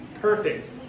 Perfect